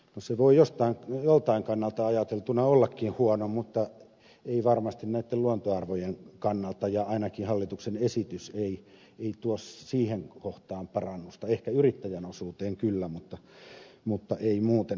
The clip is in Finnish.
se voi joltain kannalta ajateltuna ollakin huono mutta ei varmasti näitten luontoarvojen kannalta ja ainakaan hallituksen esitys ei tuo siihen kohtaan parannusta ehkä yrittäjän osuuteen kyllä mutta ei muuten